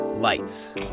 Lights